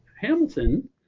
Hamilton